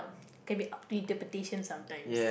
can be sometimes